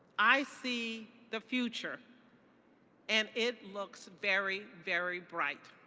i see the future and it looks very, very bright.